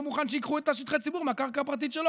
לא מוכן שייקחו את שטחי הציבור מהקרקע הפרטית שלו.